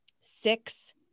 six